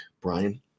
Brian